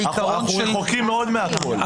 אנחנו רחוקים מאוד מהכול.